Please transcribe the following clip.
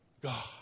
God